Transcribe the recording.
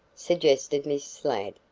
suggested miss ladd,